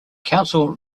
council